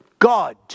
God